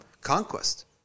conquest